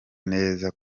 neza